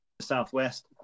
southwest